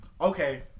okay